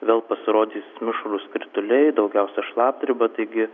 vėl pasirodys mišrūs krituliai daugiausia šlapdriba taigi